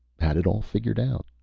had it all figgered out.